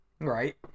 right